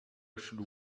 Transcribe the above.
should